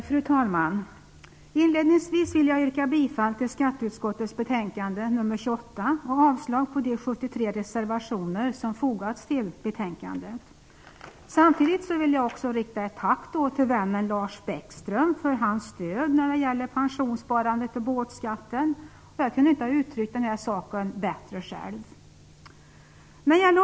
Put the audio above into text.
Fru talman! Inledningsvis vill jag yrka bifall till skatteutskottets hemställan i betänkande 28 och avslag på de 73 reservationer som fogats till betänkandet. Samtidigt vill jag rikta ett tack till vännen Lars Bäckström för hans stöd när det gäller pensionssparandet och båtskatten. Jag skulle inte ha kunnat uttrycka det bättre själv.